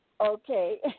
Okay